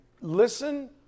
listen